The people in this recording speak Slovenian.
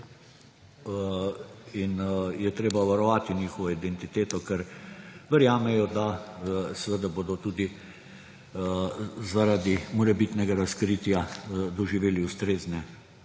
in je treba varovati njihovo identiteto, ker verjamejo, da bodo tudi zaradi morebitnega razkritja doživeli ustrezne